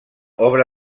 obra